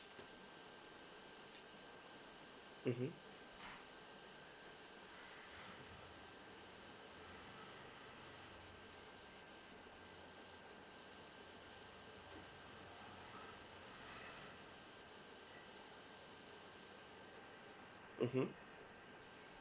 mmhmm mmhmm